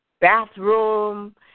bathroom